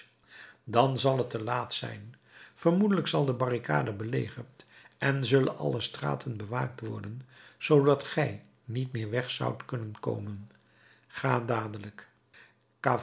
dan zal het te laat zijn vermoedelijk zal de barricade belegerd en zullen alle straten bewaakt worden zoodat gij niet meer weg zoudt kunnen komen ga dadelijk